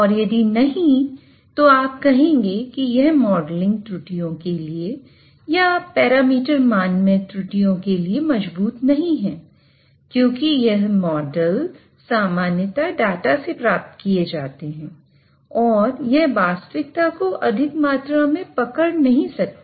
और यदि नहीं तो आप कहेंगे कि यह मॉडलिंग त्रुटियों के लिए या पैरामीटर मान में त्रुटियों के लिए यह मजबूत नहीं है क्योंकि यह मॉडल सामान्यतया डाटा से प्राप्त किए जाते हैं और यह वास्तविकता को अधिक मात्रा में पकड़ नहीं सकते